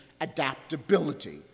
adaptability